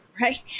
Right